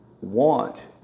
want